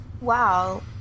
Wow